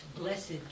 blessed